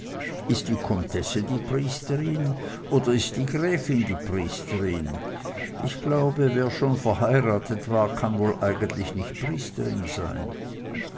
ist die comtesse die priesterin oder ist die gräfin die priesterin ich glaube wer schon verheiratet war kann wohl eigentlich nicht priesterin sein